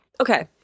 Okay